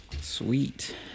Sweet